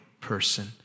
person